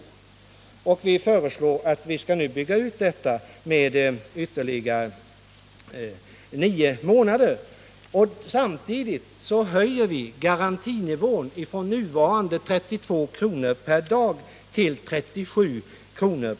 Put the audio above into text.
Vi har nu föreslagit att detta skall byggas ut så att det gäller under nio månader. Vi föreslår samtidigt en höjning av garantinivån från nuvarande 32 kr. per dag till 37 kr.